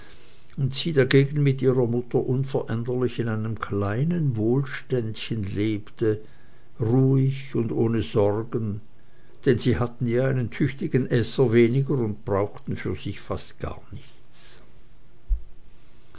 und sie dagegen mit ihrer mutter unveränderlich in einem kleinen wohlständchen lebte ruhig und ohne sorgen denn sie hatten ja einen tüchtigen esser weniger und brauchten für sich fast gar nichts